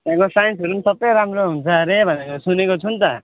त्यहाँको साइन्सहरू पनि सबै राम्रो हुन्छ अरे भनेको सुनेको छु नि त